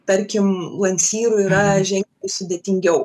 tarkim landsyrui yra žen sudėtingiau